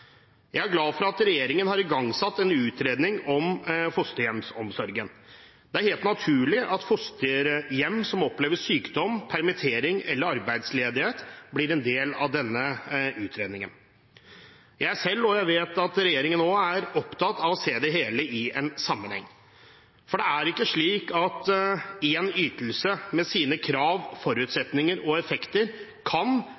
Jeg er glad for at regjeringen har igangsatt en utredning om fosterhjemsomsorgen. Det er helt naturlig at fosterhjem som opplever sykdom, permittering eller arbeidsledighet, blir en del av denne utredningen. Jeg er selv – og det vet jeg at regjeringen også er – opptatt av å se det hele i en sammenheng. Det er ikke slik at en ytelse med sine krav, forutsetninger og effekter kan